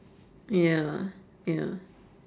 ya ya